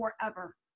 forever